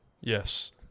yes